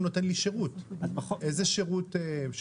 הוא נותן לי שירות אז איזה שירות הוא נותן?